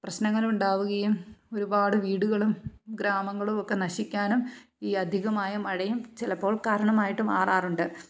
പ്രശ്നങ്ങളുണ്ടാവുകയും ഒരുപാട് വീടുകളും ഗ്രാമങ്ങളുമൊക്കെ നശിക്കാനും ഈ അധികമായ മഴയും ചിലപ്പോൾ കാരണമായിട്ട് മാറാറുണ്ട്